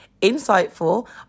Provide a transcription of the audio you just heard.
insightful